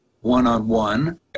one-on-one